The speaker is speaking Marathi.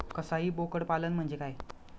कसाई बोकड पालन म्हणजे काय?